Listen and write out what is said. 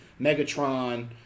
Megatron